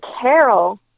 Carol